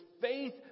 faith